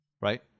Right